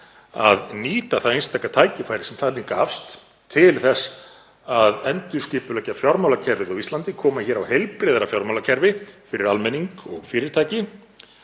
að nýta það einstaka tækifæri sem gafst til að endurskipuleggja fjármálakerfið á Íslandi, koma á heilbrigðara fjármálakerfi fyrir almenning og fyrirtæki.